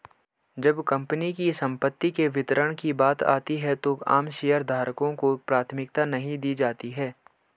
जब कंपनी की संपत्ति के वितरण की बात आती है तो आम शेयरधारकों को प्राथमिकता नहीं दी जाती है